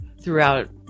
throughout